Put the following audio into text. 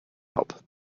help